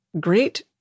great